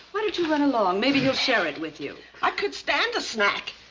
why don't you run along, maybe he'll share it with you. i could stand a snack.